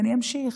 ואני אמשיך.